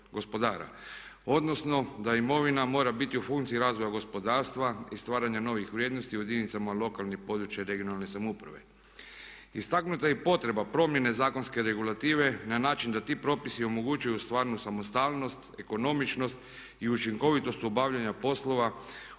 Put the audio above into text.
odnosno da imovina mora biti u funkciji razvoja gospodarstva i stvaranja novih vrijednosti u jedinicama lokalne i područne, regionalne samouprave. Istaknuta je i potreba promjene zakonske regulative na način da ti propisi omogućuju stvarnu samostalnost, ekonomičnost i učinkovitost obavljanja poslova